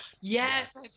Yes